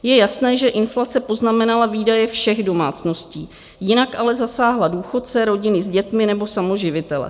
Je jasné, že inflace poznamenala výdaje všech domácností, jinak ale zasáhla důchodce, rodiny s dětmi nebo samoživitele.